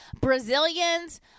Brazilians